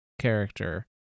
character